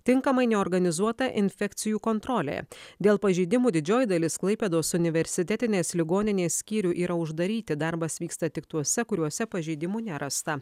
tinkamai neorganizuota infekcijų kontrolė dėl pažeidimų didžioji dalis klaipėdos universitetinės ligoninės skyrių yra uždaryti darbas vyksta tik tuose kuriuose pažeidimų nerasta